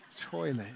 toilet